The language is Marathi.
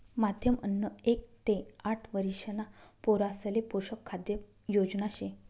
माध्यम अन्न एक ते आठ वरिषणा पोरासले पोषक खाद्य योजना शे